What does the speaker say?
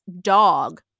dog